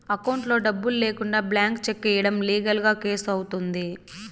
అకౌంట్లో డబ్బులు లేకుండా బ్లాంక్ చెక్ ఇయ్యడం లీగల్ గా కేసు అవుతుంది